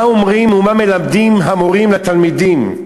מה אומרים ומה מלמדים המורים לתלמידים?